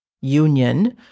union